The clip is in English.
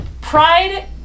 pride